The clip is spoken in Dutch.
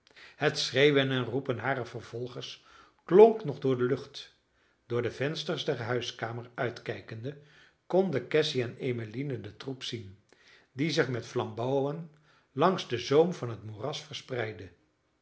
het schreeuwen en roepen harer vervolgers klonk nog door de lucht door de vensters der huiskamer uitkijkende konden cassy en emmeline den troep zien die zich met flambouwen langs den zoom van het moeras verspreidde